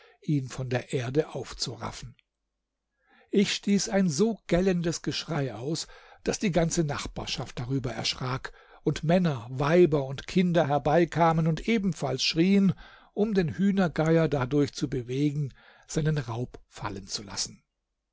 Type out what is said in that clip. ihn von der erde aufzuraffen ich stieß ein so gellendes geschrei aus daß die ganze nachbarschaft darüber erschrak und männer weiber und kinder herbeikamen und ebenfalls schrieen um den hühnergeier dadurch zu bewegen seinen raub fallen zu lassen